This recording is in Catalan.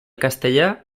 castellà